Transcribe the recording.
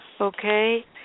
okay